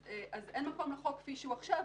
אז אין מקום לחוק כפי שהוא עכשיו,